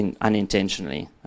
unintentionally